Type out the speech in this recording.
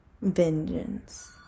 vengeance